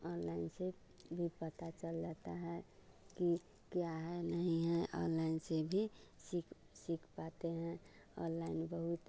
online से भी पता चल जाता है कि क्या है नहीं है ओनलाइन से भी सीख सीख पाते हैं ओनलाइन बहुत